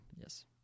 yes